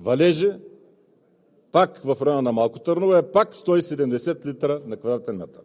валежи – пак в района на Малко Търново, е пак 170 литра на квадратен метър.